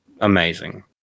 amazing